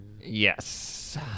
Yes